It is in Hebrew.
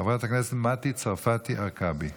חברת הכנסת מטי צרפתי הרכבי.